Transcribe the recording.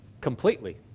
completely